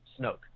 Snoke